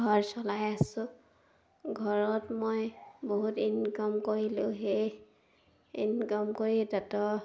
ঘৰ চলাই আছোঁ ঘৰত মই বহুত ইনকাম কৰিলোঁ সেই ইনকাম কৰি তাঁতৰ